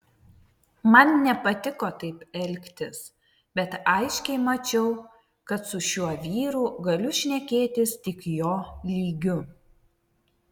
man nepatiko taip elgtis bet aiškiai mačiau kad su šiuo vyru galiu šnekėtis tik jo lygiu